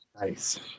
Nice